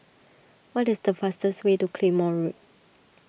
what is the fastest way to Claymore Road